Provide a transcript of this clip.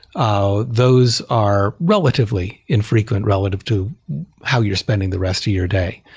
ah those are relatively infrequent relative to how you're spending the rest to your day.